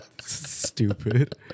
Stupid